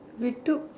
we took